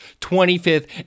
25th